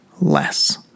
less